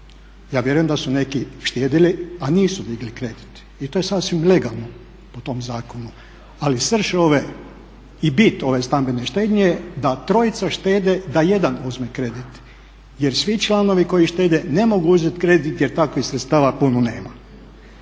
ja vjerujem da su neki štedjeli a nisu digli kredit i to je sasvim legalno po tom zakonu, ali srž ove i bit ove stambene štednje je da trojica štede da jedan uzme kredit. Jer svi članovi koji štede ne mogu uzeti kredit jer takvih sredstava puno nema.